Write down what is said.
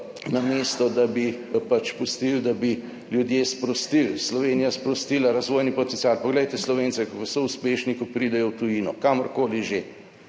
namesto da bi pač pustili, da bi ljudje sprostili, Slovenija sprostila razvojni potencial. Poglejte Slovence, kako so uspešni, ko pridejo v tujino, kamorkoli že,